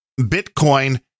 Bitcoin